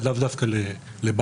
לאו דווקא לבנקים,